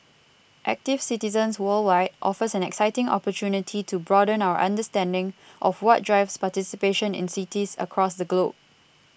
active citizens worldwide offers an exciting opportunity to broaden our understanding of what drives participation in cities across the globe